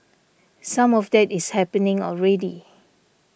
some of that is happening already